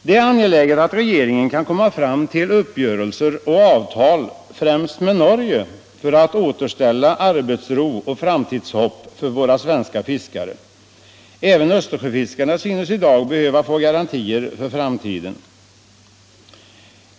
Det är angeläget att regeringen kan komma fram till uppgörelser och avtal, främst med Norge, för att återställa arbetsro och framtidshopp för våra svenska fiskare. Även Östersjöfiskarna synes i dag behöva få garantier för framtiden.